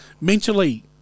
Mentally